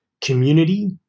community